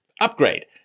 Upgrade